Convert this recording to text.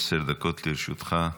עשר דקות לרשותך.